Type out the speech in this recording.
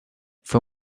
fue